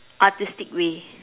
artistic way